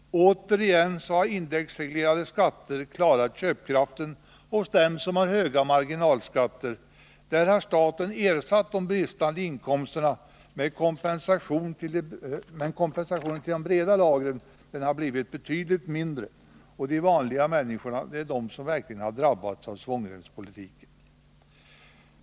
Återigen har indexreglerade skatter klarat köpkraften hos dem som har höga marginalskatter. Där har staten ersatt de bristande inkomsterna, medan kompensationen till de breda lagren blivit betydligt mindre. De vanliga människorna är de som verkligen har drabbats av svångremspolitiken.